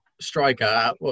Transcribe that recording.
striker